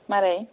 मारै